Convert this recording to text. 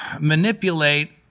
manipulate